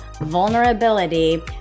vulnerability